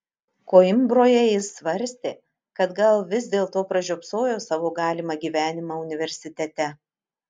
koimbroje jis svarstė kad gal vis dėlto pražiopsojo savo galimą gyvenimą universitete